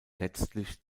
letztlich